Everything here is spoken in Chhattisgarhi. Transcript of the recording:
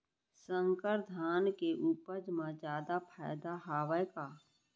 संकर धान के उपज मा जादा फायदा हवय का?